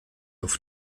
auf